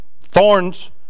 thorns